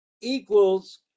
equals